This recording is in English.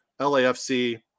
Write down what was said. LAFC